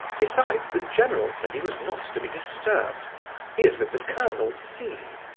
besides the general said he was not to be disturbed he is with the colonel c.